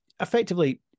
effectively